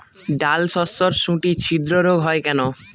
ডালশস্যর শুটি ছিদ্র রোগ হয় কেন?